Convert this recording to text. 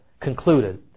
concluded